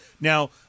Now